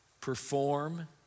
perform